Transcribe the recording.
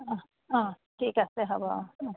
অঁ অঁ ঠিক আছে হ'ব অঁ অঁ